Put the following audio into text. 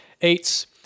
Eights